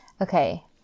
Okay